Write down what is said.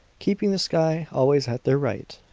keeping the sky always at their right,